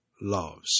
loves